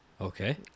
Okay